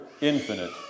infinite